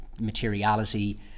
materiality